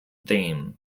theme